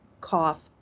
cough